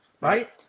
Right